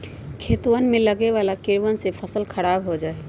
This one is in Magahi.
खेतवन में लगवे वाला कीड़वन से फसल खराब हो जाहई